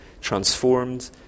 transformed